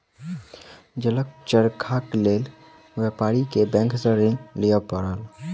जलक चरखाक लेल व्यापारी के बैंक सॅ ऋण लिअ पड़ल